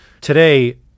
today